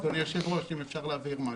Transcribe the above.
אדוני היושב-ראש, אם אפשר להבהיר משהו.